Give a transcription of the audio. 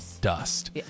dust